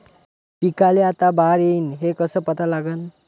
पिकाले आता बार येईन हे कसं पता लागन?